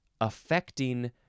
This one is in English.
affecting